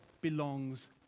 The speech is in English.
belongs